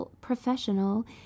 professional